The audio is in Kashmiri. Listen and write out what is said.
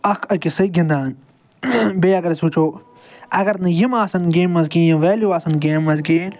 اکھ أکِس سۭتۍ گِنٛدان بیٚیہِ اگر أسۍ وٕچھو اگر نہٕ یِم آسَن گیمہِ منٛز کِہیٖنۍ یِم ویلیوٗ آسَن گیمہِ منٛز کِہیٖنۍ